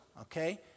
okay